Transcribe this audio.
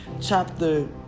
Chapter